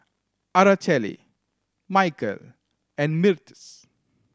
Araceli Mykel and